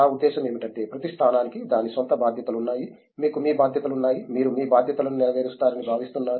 నా ఉద్దేశ్యం ఏమిటంటే ప్రతి స్థానానికి దాని స్వంత బాధ్యతలు ఉన్నాయి మీకు మీ బాధ్యతలు ఉన్నాయి మీరు మీ బాధ్యతలను నెరవేరుస్తారని భావిస్తున్నారు